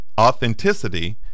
authenticity